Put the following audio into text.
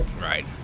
Right